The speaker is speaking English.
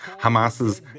Hamas's